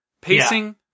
Pacing